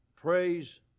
praise